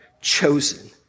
chosen